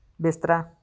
ਬਿਸਤਰਾ